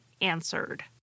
answered